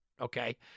okay